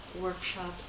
workshop